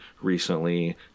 recently